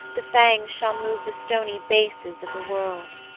the fangs shall move the stony bases of the world.